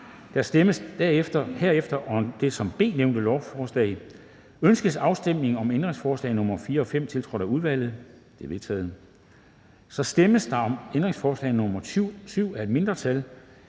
Der stemmes herefter om det under B nævnte lovforslag. Ønskes afstemning om ændringsforslag nr. 5 og 6, tiltrådt af udvalget? De er vedtaget. Så stemmes der om ændringsforslag nr. 7 af et mindretal